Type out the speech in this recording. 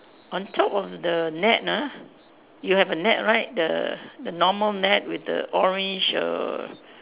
on top of the net ah you have a net right the the normal net with the orange err